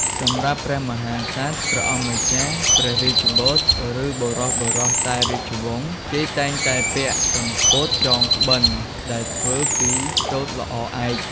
សម្រាប់ព្រះមហាក្សត្រ ព្រះអង្គម្ចាស់ ព្រះរាជបុត្រ ឬ បុរសៗខ្សែរាជវង្ស គេតែងតែពាក់់សំពត់ចងក្បិនដែលធ្វើពីសូត្រល្អឯក។